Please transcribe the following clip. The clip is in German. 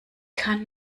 kann